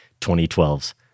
2012's